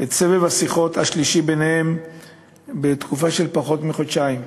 את סבב השיחות השלישי ביניהם בתקופה של פחות מחודשיים.